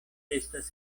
estas